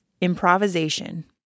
improvisation